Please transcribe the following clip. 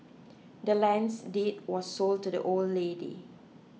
the land's deed was sold to the old lady